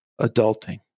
adulting